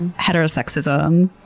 heterosexism,